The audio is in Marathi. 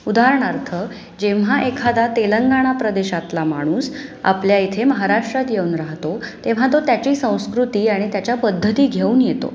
उदाहरणार्थ जेव्हा एखादा तेलंगणा प्रदेशातला माणूस आपल्या इथे महाराष्ट्रात येऊन राहतो तेव्हा तो त्याची संस्कृती आणि त्याच्या पद्धती घेऊन येतो